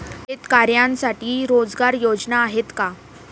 शेतकऱ्यांसाठी रोजगार योजना आहेत का?